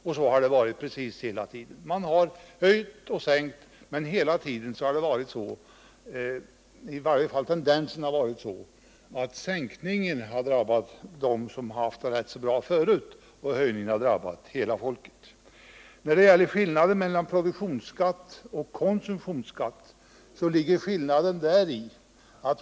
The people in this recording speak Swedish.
Och så har det varit precis hela tiden — man har höjt och sänkt, men tendensen har varit att sänkningen har gällt för dem som haft det rätt så bra förut och höjningen har drabbat hela folket. När det gäller skillnaden mellan produktionsskatt och konsumtionsskatt vill jag framhålla följande.